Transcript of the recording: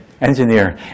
engineer